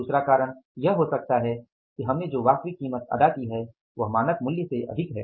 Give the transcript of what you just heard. दूसरा कारण यह हो सकता है कि हमने जो वास्तविक कीमत अदा की है वह मानक मूल्य से अधिक है